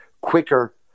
quicker